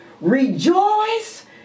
Rejoice